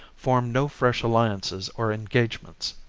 form no fresh alliances or engage ments.